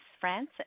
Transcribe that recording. France